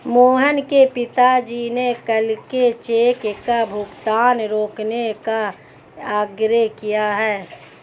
मोहन के पिताजी ने कल के चेक का भुगतान रोकने का आग्रह किए हैं